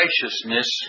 graciousness